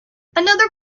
another